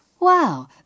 Wow